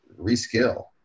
reskill